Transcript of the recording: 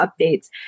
updates